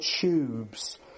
tubes